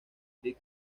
ted